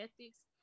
ethics